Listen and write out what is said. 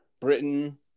britain